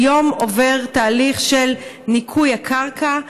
היום עובר תהליך של ניקוי הקרקע,